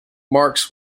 marks